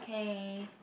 okay